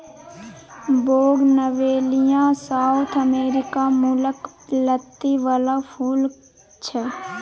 bougainvillea South America मुलक लत्ती बला फुल छै